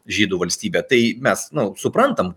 žydų valstybe tai mes nu suprantam